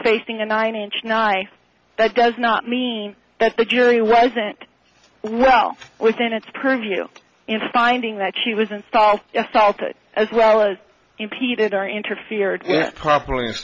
facing a nine inch knife that does not mean that the jury wasn't well within its purview in finding that she was a star started as well as impeded our interfered properly